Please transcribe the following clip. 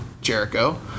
Jericho